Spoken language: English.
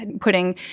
putting